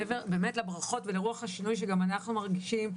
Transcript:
מעבר באמת לברכות ולרוח השינוי שגם אנחנו מרגישים,